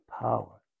power